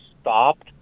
stopped